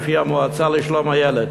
לפי המועצה לשלום הילד.